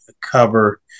cover